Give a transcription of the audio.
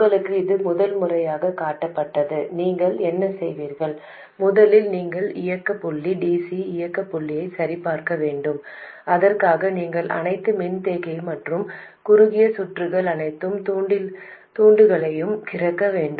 உங்களுக்கு இது முதல் முறையாக காட்டப்பட்டது நீங்கள் என்ன செய்வீர்கள் முதலில் நீங்கள் இயக்க புள்ளி dc இயக்க புள்ளியை சரிபார்க்க வேண்டும் அதற்காக நீங்கள் அனைத்து மின்தேக்கிகள் மற்றும் குறுகிய சுற்றுகள் அனைத்து தூண்டிகளையும் திறக்க வேண்டும்